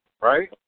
Right